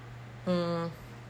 mm